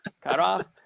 cutoff